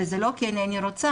וזה לא כי אינני רוצה,